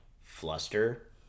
fluster